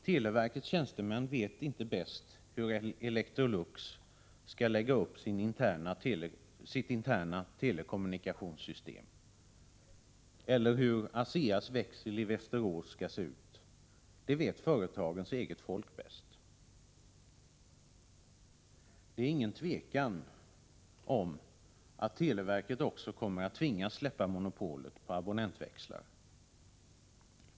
Televerkets tjänstemän vet inte bäst hur Electrolux skall lägga upp sitt interna telekommunikationssystem eller hur ASEA:s växel i Västerås skall se ut. Det vet företagens eget folk bäst. Det är inget tvivel om att televerket också kommer att tvingas släppa monopolet på abonnentväxlar.